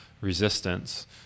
resistance